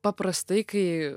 paprastai kai